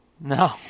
No